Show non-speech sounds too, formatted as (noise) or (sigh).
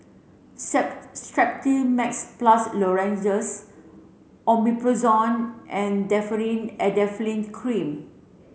(unintelligible) Strepsils Max Plus Lozenges Omeprazole and Differin Adapalene Cream